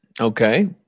Okay